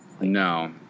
No